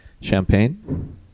champagne